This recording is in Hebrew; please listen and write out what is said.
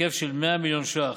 בהיקף של 100 מיליון ש"ח.